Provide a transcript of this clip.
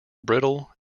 brittle